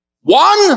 One